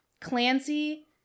Clancy